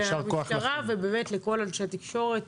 למשטרה ולכל אנשי התקשורת.